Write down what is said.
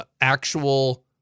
actual